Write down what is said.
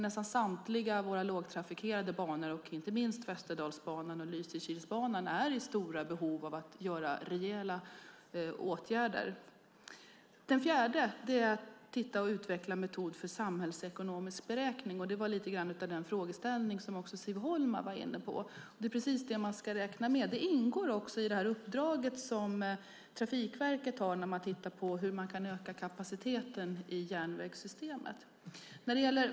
Nästan samtliga våra lågtrafikerade banor, inte minst Västerdalsbanan och Lysekilsbanan, är i stort behov av rejäla åtgärder. Det fjärde är att titta på och utveckla en metod för samhällsekonomisk beräkning. Det var lite grann av den frågeställning som också Siv Holma var inne på. Det är precis det man ska räkna med. Det ingår också i det uppdrag som Trafikverket har, där man tittar på hur man kan öka kapaciteten i järnvägssystemet.